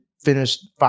finished